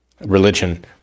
religion